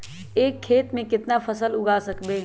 एक खेत मे केतना फसल उगाय सकबै?